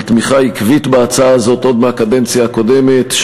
על תמיכה עקבית בהצעה הזאת עוד מהקדנציה הקודמת,